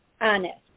Honest